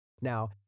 Now